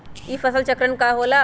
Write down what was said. ई फसल चक्रण का होला?